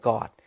God